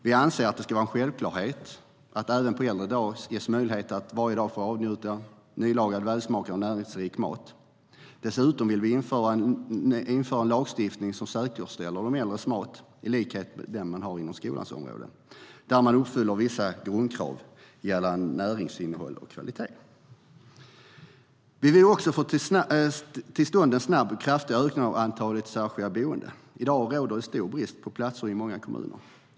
Vi anser att det ska vara en självklarhet att man även på äldre dagar ska ges möjlighet att varje dag få avnjuta nylagad, välsmakande och näringsrik mat. Dessutom vill vi införa en lagstiftning som säkerställer de äldres mat, i likhet med den lagstiftning som man har inom skolans område, så att vissa grundkrav uppfylls gällande näringsinnehåll och kvalitet. Vi vill också få till stånd en snabb och kraftig ökning av antalet särskilda boenden. I dag råder det stor brist på platser i många kommuner.